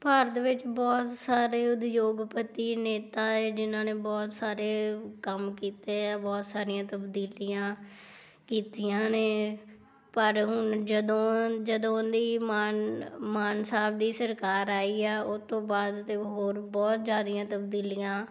ਭਾਰਤ ਵਿੱਚ ਬਹੁਤ ਸਾਰੇ ਉਦਯੋਗਪਤੀ ਨੇਤਾ ਹੈ ਜਿਨ੍ਹਾਂ ਨੇ ਬਹੁਤ ਸਾਰੇ ਕੰਮ ਕੀਤੇ ਆ ਬਹੁਤ ਸਾਰੀਆਂ ਤਬਦੀਲੀਆਂ ਕੀਤੀਆਂ ਨੇ ਪਰ ਹੁਣ ਜਦੋਂ ਜਦੋਂ ਦੀ ਮਨ ਮਾਨ ਸਾਹਿਬ ਦੀ ਸਰਕਾਰ ਆਈ ਆ ਉਹ ਤੋਂ ਬਾਅਦ ਤਾਂ ਹੋਰ ਬਹੁਤ ਜ਼ਿਆਦਾ ਤਬਦੀਲੀਆਂ